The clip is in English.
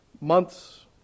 Months